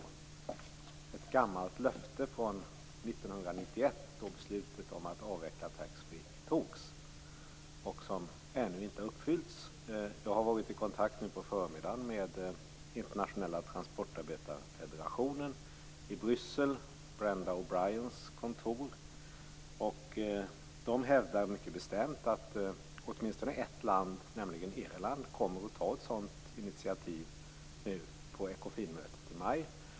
Det är ett gammalt löfte från 1991, då beslutet om att avveckla taxfree fattades, och det har ännu inte uppfyllts. Jag har nu på förmiddagen varit i kontakt med Brenda O Brians kontor, och de hävdar mycket bestämt att åtminstone ett land, nämligen Irland, kommer att ta ett sådant initiativ på Ekofinmötet i maj.